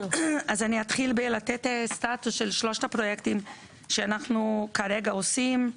אתחיל בלתת סטטוס של שלושת הפרויקטים שאנחנו כרגע עושים.